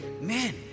man